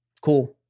Cool